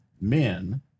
men